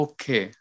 Okay